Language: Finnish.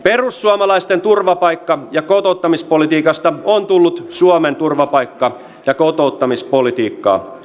perussuomalaisten turvapaikka ja kotouttamispolitiikasta on tullut suomen turvapaikka ja kotouttamispolitiikkaa